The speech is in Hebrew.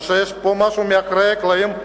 או שיש פה משהו מאחורי הקלעים.